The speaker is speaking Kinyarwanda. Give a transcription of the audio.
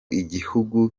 igihugu